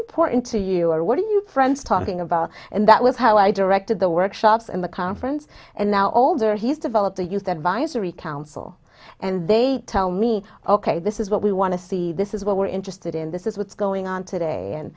important to you or what do you friends talking about and that was how i directed the workshops in the conference and now older he's developed the youth advisory council and they tell me ok this is what we want to see this is what we're interested in this is what's going on today and